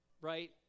Right